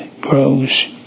grows